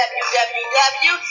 www